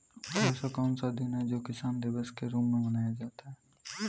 ऐसा कौन सा दिन है जो किसान दिवस के रूप में मनाया जाता है?